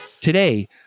Today